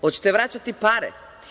Hoćete li im vraćati pare?